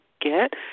get